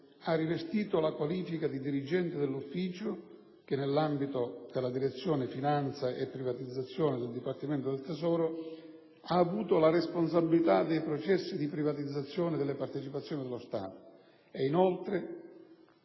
ha rivestito la qualifica di dirigente dell'ufficio che, nell'ambito della Direzione finanza e privatizzazioni del Dipartimento del tesoro, ha avuto la responsabilità dei processi di privatizzazione delle partecipazioni dello Stato e, inoltre,